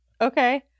Okay